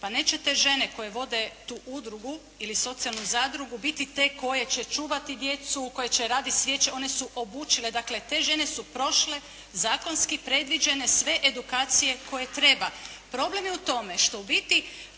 Pa neće te žene koje vode tu udrugu ili socijalnu zadrugu biti te koje će čuvati djecu, koje će … /Govornica se ne razumije./ … one su obučile, dakle te žene su prošle zakonski predviđene sve edukacije koje treba. Problem je u tome što ubiti,